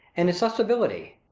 and his suscitability.